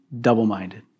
double-minded